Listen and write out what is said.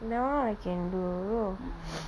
that one I can do